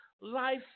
life